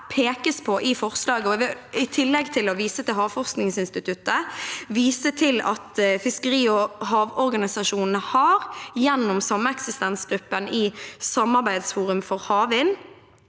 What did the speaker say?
pekes på her i forslaget. I tillegg til å vise til Havforskningsinstituttet vil jeg vise til at fiskeri- og havorganisasjonene gjennom sameksistensgruppen i samarbeidsforum for havvind